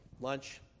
Lunch